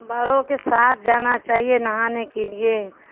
باروں کے ساتھ جانا چاہیے نہانے کے لیے